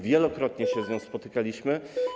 Wielokrotnie się z nią spotykaliśmy.